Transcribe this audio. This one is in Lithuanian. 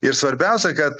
ir svarbiausia kad tame